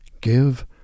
Give